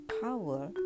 power